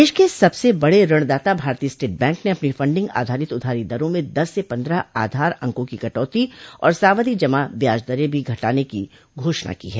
देश के सबसे बड़े ऋणदाता भारतीय स्टेट बैंक ने अपनी फंडिंग आधारित उधारी दरों में दस से पन्द्रह आधार अंकों की कटौती और सावधि जमा ब्याज दरें भो घटाने की घोषणा की है